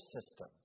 system